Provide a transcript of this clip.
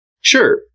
sure